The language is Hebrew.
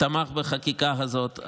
תמך בחקיקה הזאת,